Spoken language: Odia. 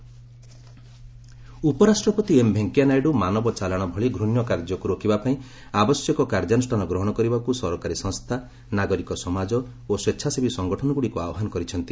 ଭିଭି ହ୍ୟୁମାନ୍ ଟ୍ରାଫିକିଙ୍କ୍ ଉପରାଷ୍ଟ୍ରପତି ଏମ୍ ଭେଙ୍କୟା ନାଇଡୁ ମାନବଚାଲାଣ ଭଳି ଘୂଣ୍ୟ କାର୍ଯ୍ୟକୁ ରୋକିବା ପାଇଁ ଆବଶ୍ୟକ କାର୍ଯ୍ୟାନୁଷ୍ଠାନ ଗ୍ରହଣ କରିବାକୁ ସରକାରୀ ସଂସ୍ଥା ନାଗରିକ ସମାଜ ଓ ସ୍ୱଚ୍ଛାସେବୀ ସଂଗଠନଗୁଡ଼ିକୁ ଆହ୍ୱାନ ଜଣାଇଛନ୍ତି